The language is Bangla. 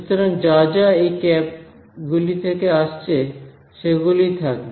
সুতরাং যা যা এই ক্যাপ গুলি থেকে আসছে সেগুলিই থাকবে